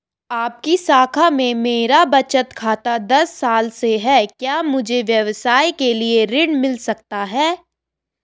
आपकी शाखा में मेरा बचत खाता दस साल से है क्या मुझे व्यवसाय के लिए ऋण मिल सकता है?